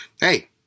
hey